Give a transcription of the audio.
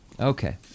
Okay